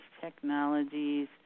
technologies